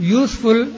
useful